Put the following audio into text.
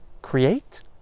create